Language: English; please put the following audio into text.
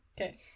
Okay